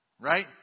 Right